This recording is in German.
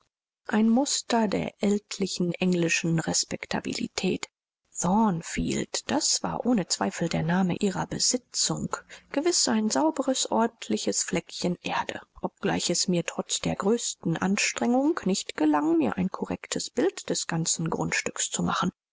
ein muster der ältlichen englischen respektabilität thornfield das war ohne zweifel der name ihrer besitzung gewiß ein sauberes ordentliches fleckchen erde obgleich es mir trotz der größten anstrengung nicht gelang mir ein korrektes bild des ganzen grundstücks zu machen